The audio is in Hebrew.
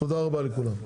תודה רבה לכולם.